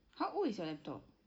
how old is your laptop